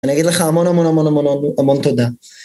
אני אגיד לך המון המון המון המון המון תודה.